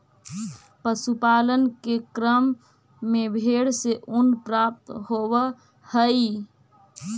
पशुपालन के क्रम में भेंड से ऊन प्राप्त होवऽ हई